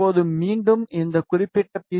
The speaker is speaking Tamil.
இப்போது மீண்டும் இந்த குறிப்பிட்ட பி